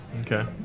Okay